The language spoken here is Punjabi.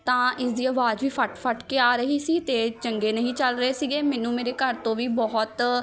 ਤਾਂ ਇਸ ਦੀ ਅਵਾਜ਼ ਵੀ ਫੱਟ ਫੱਟ ਕੇ ਆ ਰਹੀ ਸੀ ਅਤੇ ਚੰਗੇ ਨਹੀਂ ਚੱਲ ਰਹੇ ਸੀਗੇ ਮੈਨੂੰ ਮੇਰੇ ਘਰ ਤੋਂ ਵੀ ਬਹੁਤ